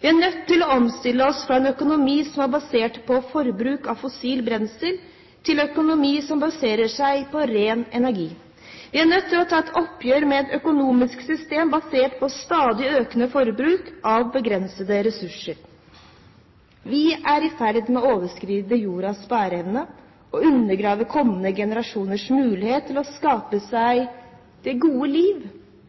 Vi er nødt til å omstille oss fra en økonomi som er basert på forbruk av fossilt brensel, til en økonomi som baserer seg på ren energi. Vi er nødt til å ta et oppgjør med et økonomisk system basert på et stadig økende forbruk av begrensede ressurser. Vi er i ferd med å overskride jordas bæreevne og undergrave kommende generasjoners mulighet til å skape seg det gode liv,